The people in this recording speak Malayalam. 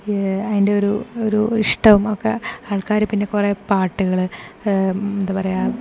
അതിൻ്റെ ഒരു ഇഷ്ടം ഒക്കെ ആൾക്കാർ കുറേ പിന്നെ പാട്ടുകൾ എന്താ പറയുക